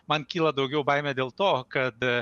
man kyla daugiau baimė dėl to kad